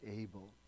able